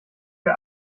wir